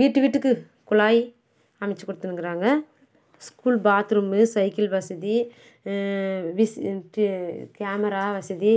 வீட்டு வீட்டுக்கு குழாய் அமைத்துக் கொடுத்துனுக்குறாங்க ஸ்கூல் பாத்ரூமு சைக்கிள் வசதி கேமரா வசதி